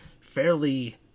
fairly